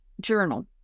journal